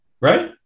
right